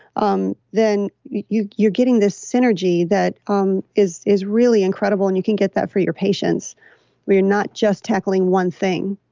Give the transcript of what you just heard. um then you're getting this synergy that um is is really incredible. and you can get that for your patients where you're not just tackling one thing